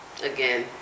Again